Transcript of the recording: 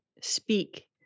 speak